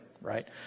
right